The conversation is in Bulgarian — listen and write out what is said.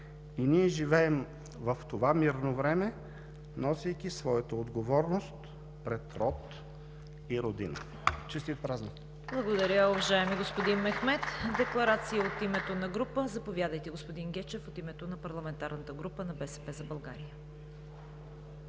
и ние живеем в това мирно време, носейки своята отговорност пред род и Родина. Честит празник!